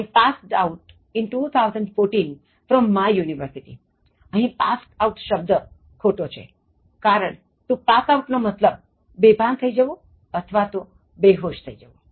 I passed out in 2014 from my university અહીં passed out શબ્દ ખોટો છેકારણ to pass out નો મતલબ બેભાન થઈ જવુંબેહોશ થઈ જવું